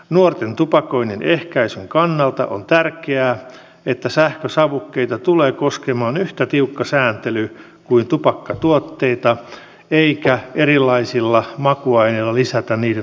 nuorten tupakoinnin ehkäisyn kannalta on tärkeää että sähkösavukkeita tulee koskemaan yhtä tiukka sääntely kuin tupakkatuotteita eikä erilaisilla makuaineilla lisätä niiden houkuttelevuutta